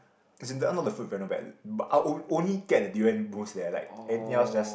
as in that one all the food very not bad but I only only get the durian mousse that I like anything else just